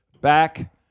Back